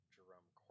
Jerome